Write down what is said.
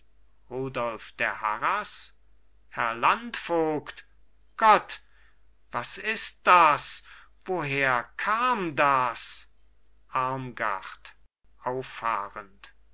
der harras herr landvogt gott was ist das woher kam das